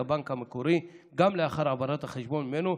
הבנק המקורי גם לאחר העברת החשבון ממנו,